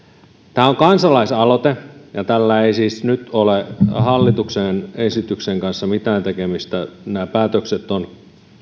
tämä on kansalaisaloite ja tällä ei siis nyt ole hallituksen esityksen kanssa mitään tekemistä nämä päätökset ovat